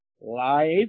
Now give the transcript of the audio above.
Life